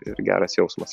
ir geras jausmas